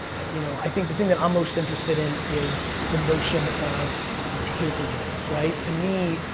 you know, i think the thing that i'm most interested in is the notion of taking it, right? to me,